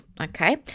okay